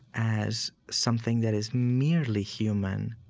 as something that is merely human